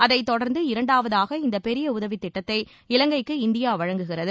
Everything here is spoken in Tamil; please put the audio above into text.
அதை தொடர்ந்து இரண்டாவதாக இந்த பெரிய உதவி திட்டத்தை இலங்கைக்கு இந்தியா வழங்குகிறது